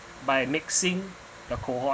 by mixing the cohort